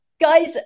Guys